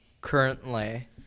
Currently